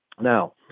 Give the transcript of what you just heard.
Now